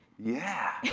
yeah.